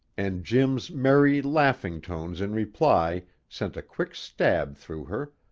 and jim's merry, laughing tones in reply sent a quick stab through her,